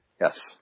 Yes